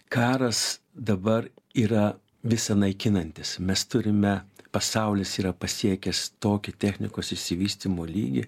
karas dabar yra visa naikinantis mes turime pasaulis yra pasiekęs tokį technikos išsivystymo lygį